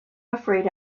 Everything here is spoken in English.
afraid